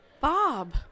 Bob